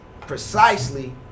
precisely